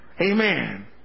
Amen